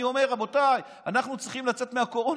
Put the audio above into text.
אני אומר, רבותיי, אנחנו צריכים לצאת מהקורונה.